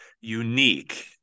unique